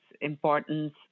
importance